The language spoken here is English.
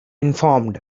informed